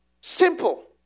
Simple